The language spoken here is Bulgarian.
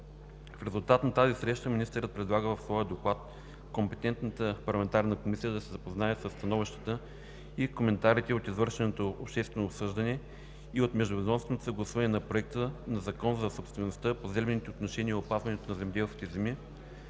В резултат на тази среща министърът предлага в своя доклад компетентната парламентарна комисия да се запознае със становищата и коментарите от извършеното обществено обсъждане и от междуведомственото съгласуване на Проекта на закон за собствеността, поземлените отношения и опазването на земеделските земи,